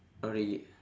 oh really